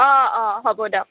অঁ অঁ হ'ব দক